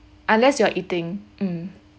unless you are eating mm